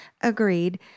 Agreed